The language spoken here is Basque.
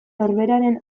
norberaren